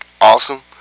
awesome